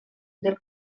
del